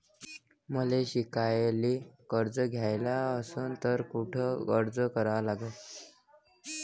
मले शिकायले कर्ज घ्याच असन तर कुठ अर्ज करा लागन?